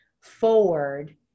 forward